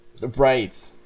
Right